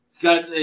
Got